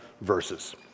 verses